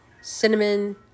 cinnamon